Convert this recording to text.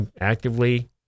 actively